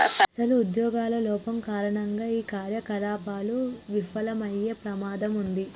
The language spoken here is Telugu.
అసలు ఉద్యోగుల లోపం కారణంగా ఈ కార్యకలాపాలు విఫలమయ్యే ప్రమాదం ఉంది